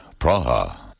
Praha